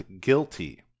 guilty